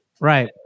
right